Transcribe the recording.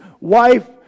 wife